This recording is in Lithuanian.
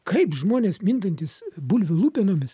kaip žmonės mintantys bulvių lupenomis